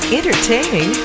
entertaining